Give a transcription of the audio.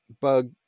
bug